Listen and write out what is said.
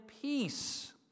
peace